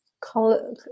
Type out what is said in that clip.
Color